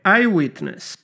Eyewitness